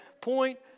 point